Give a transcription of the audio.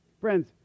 Friends